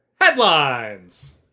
Headlines